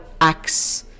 acts –